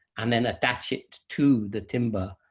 and then attach it to the timber,